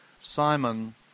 Simon